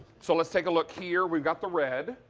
so let's take a look here. we've got the red.